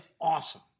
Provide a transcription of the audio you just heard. awesome